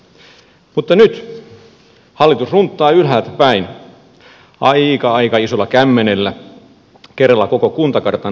mutta nyt hallitus runttaa ylhäältäpäin aika aika isolla kämmenellä kerralla koko kuntakartan uusiksi